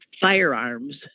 firearms